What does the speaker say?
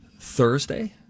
Thursday